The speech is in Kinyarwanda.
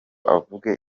avuge